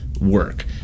work